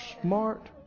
smart